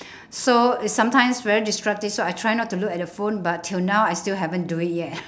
so it's sometimes very disruptive so I try not to look at the phone but till now I still haven't do it yet